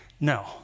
No